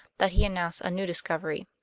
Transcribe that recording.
that he announced a new discovery.